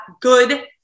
good